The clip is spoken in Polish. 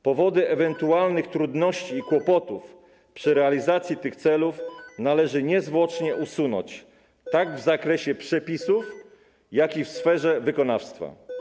Powody ewentualnych trudności i kłopotów przy realizacji tych celów należy niezwłocznie usunąć, tak w zakresie przepisów, jak i w sferze wykonawstwa.